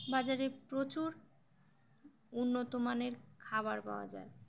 বাজারে প্রচুর উন্নত মানের খাবার পাওয়া যায়